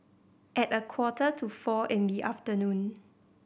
at a quarter to four in the afternoon